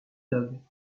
dog